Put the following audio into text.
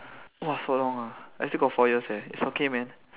!wah! so long ah I still got four years eh it's okay man